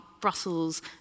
Brussels